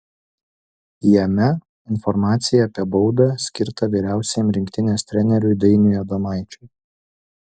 jame informacija apie baudą skirtą vyriausiajam rinktinės treneriui dainiui adomaičiui